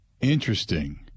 Interesting